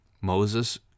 Moses